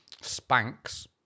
Spanks